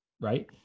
right